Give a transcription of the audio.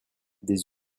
des